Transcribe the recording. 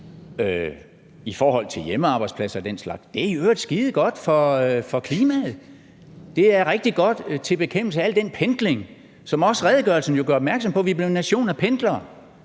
for hjemmearbejdspladser og den slags. Det er i øvrigt skidegodt for klimaet. Det er rigtig godt til bekæmpelse af al den pendling, som også redegørelsen jo gør opmærksom på. Vi er blevet en nation af pendlere.